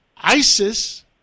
ISIS